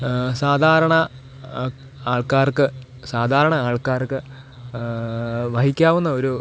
സാധാരണ ആൾക്കാർക്ക് സാധാരണ ആൾക്കാർക്ക് വഹിക്കാവുന്ന ഒരു